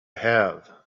have